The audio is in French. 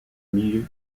milieu